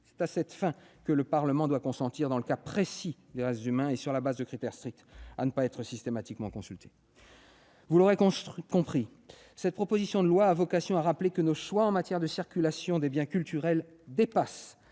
C'est à cette fin que le Parlement doit consentir, dans le cas précis des restes humains et sur la base de critères stricts, à ne pas être systématiquement consulté. Vous l'aurez compris, madame la secrétaire d'État, cette proposition de loi a vocation à rappeler que nos choix en matière de circulation des biens culturels dépassent